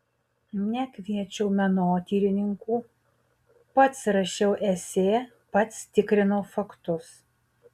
nekviečiau menotyrininkų pats rašiau esė pats tikrinau faktus